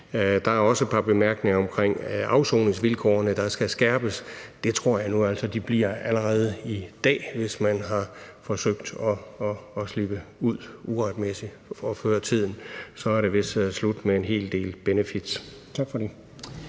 Der er også et par bemærkninger omkring afsoningsvilkårene, der skal skærpes. Det tror jeg nu altså de bliver allerede i dag, hvis man har forsøgt at slippe ud uretmæssigt og før tiden – så er det vist slut med en hel del benefits. Tak. Kl.